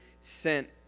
sent